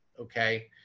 Okay